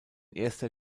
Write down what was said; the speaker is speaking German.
erster